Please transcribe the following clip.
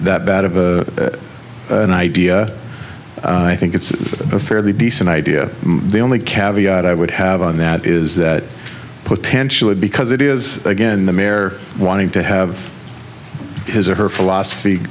that bad of an idea i think it's a fairly decent idea the only kaviak i would have on that is that potentially because it is again the mayor wanting to have his or her philosophy